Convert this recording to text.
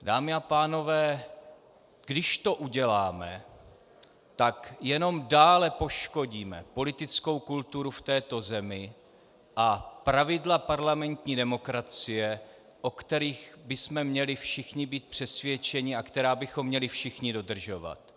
Dámy a pánové, když to uděláme, tak jenom dále poškodíme politickou kulturu v této zemi a pravidla parlamentní demokracie, o kterých bychom měli být všichni přesvědčeni a která bychom měli všichni dodržovat.